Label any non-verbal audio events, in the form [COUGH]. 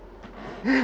[LAUGHS]